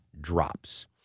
drops